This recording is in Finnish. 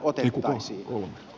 arvoisa puhemies